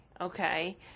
Okay